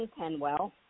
Penwell